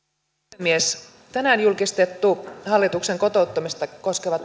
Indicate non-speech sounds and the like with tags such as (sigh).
puhemies tänään julkistettu hallituksen kotouttamista koskeva (unintelligible)